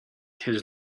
his